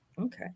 Okay